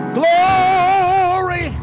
glory